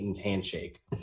handshake